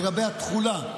לגבי התחולה,